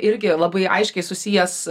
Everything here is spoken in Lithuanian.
irgi labai aiškiai susijęs